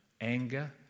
anger